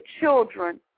children